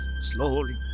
slowly